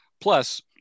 plus